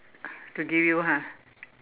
to give you ha